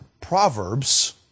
Proverbs